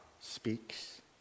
speaks